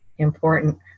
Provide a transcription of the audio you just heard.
important